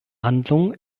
handlung